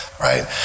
Right